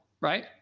right